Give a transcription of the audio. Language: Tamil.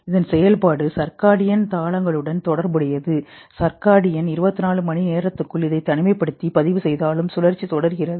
இதன் செயல்பாடு சர்க்காடியன் தாளங்களுடன் தொடர்புடையது சர்காடியன் 24 மணி நேரத்திற்குள் இதை தனிமைப்படுத்தி பதிவுசெய்தாலும் சுழற்சி தொடர்கிறது